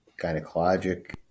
gynecologic